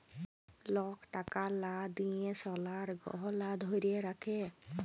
lock টাকার লা দিঁয়ে সলার গহলা ধ্যইরে রাখে